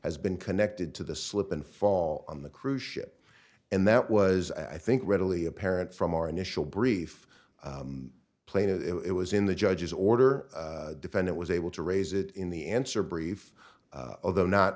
has been connected to the slip and fall on the cruise ship and that was i think readily apparent from our initial brief playing it was in the judge's order defendant was able to raise it in the answer brief although not